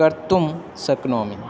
कर्तुं शक्नोमि